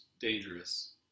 dangerous